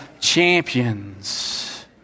champions